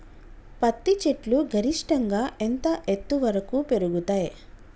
పత్తి చెట్లు గరిష్టంగా ఎంత ఎత్తు వరకు పెరుగుతయ్?